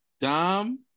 Dom